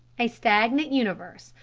a stagnant universe,